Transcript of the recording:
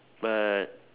but